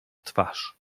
twarz